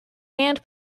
and